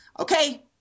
okay